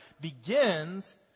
begins